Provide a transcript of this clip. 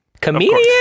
comedian